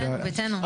ביטאנו,